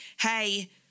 hey